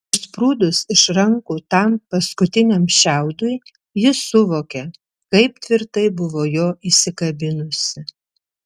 išsprūdus iš rankų tam paskutiniam šiaudui ji suvokė kaip tvirtai buvo jo įsikabinusi